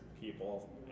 people